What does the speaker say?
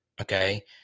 okay